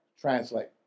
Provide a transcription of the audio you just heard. Translate